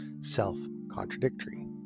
self-contradictory